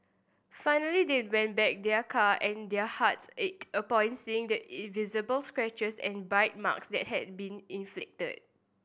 finally they went back their car and their hearts ached upon seeing the visible scratches and bite marks that had been inflicted